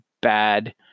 bad